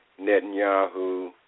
Netanyahu